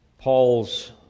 paul's